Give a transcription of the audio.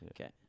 Okay